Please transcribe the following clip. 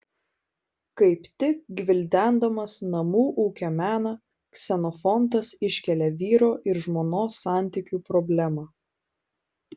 kaip tik gvildendamas namų ūkio meną ksenofontas iškelia vyro ir žmonos santykių problemą